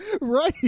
right